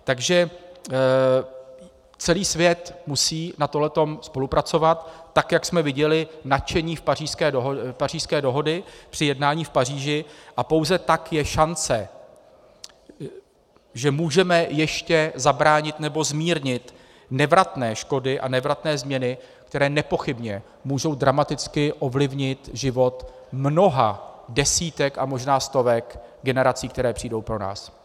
Takže celý svět musí na tomhle spolupracovat, tak jak jsme viděli nadšení u Pařížské dohody při jednání v Paříži, a pouze tak je šance, že můžeme ještě zabránit, nebo zmírnit, nevratným škodám a nevratným změnám, které nepochybně můžou dramaticky ovlivnit život mnoha desítek a možná stovek generací, které přijdou po nás.